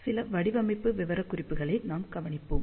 சில வடிவமைப்பு விவரக்குறிப்புகளை நாம் கவனிப்போம்